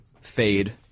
fade